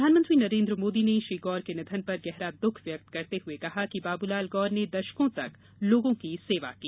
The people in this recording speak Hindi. प्रधानमंत्री नरेन्द्र मोदी ने श्री गौर के निधन पर गहरा दःख व्यक्त करते हुए कहा कि बाबूलाल गौर ने दशकों तक लोगों की सेवा की